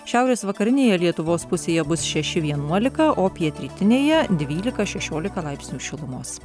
šiaurės vakarinėje lietuvos pusėje bus šeši vienuolika o pietrytinėje dvylika šešiolika laipsnių šilumos